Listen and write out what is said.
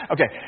Okay